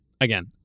again